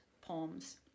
poems